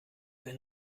wenn